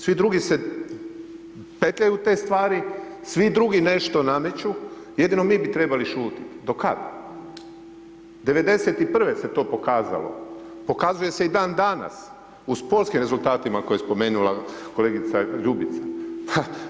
Svi drugi se petljaju u te stvari, svi drugi nešto nameću, jedino mi bi trebali šutit, do kad? '91. se to pokazalo, pokazuje se i dandanas u sportskim rezultatima koje je spomenula kolegica Ljubica.